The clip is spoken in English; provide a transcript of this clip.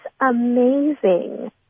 amazing